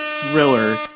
thriller